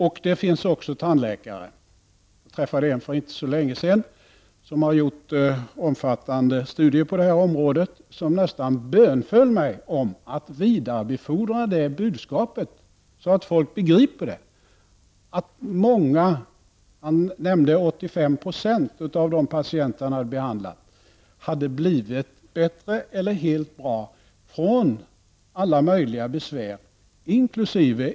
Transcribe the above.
Jag träffade för inte så länge sedan en tandläkare, och det finns fler, som har gjort omfattande studier på detta område och som nästan bönföll mig att vidarebefordra detta budskap så att folk begriper att många patienter -- han nämnde hade blivit bättre eller helt bra från alla möjliga besvär inkl.